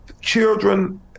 children